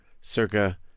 circa